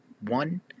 one